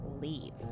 leave